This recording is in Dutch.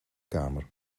kamer